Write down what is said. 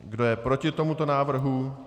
Kdo je proti tomuto návrhu?